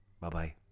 Bye-bye